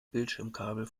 bildschirmkabel